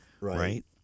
Right